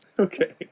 okay